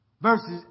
verses